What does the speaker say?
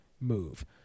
move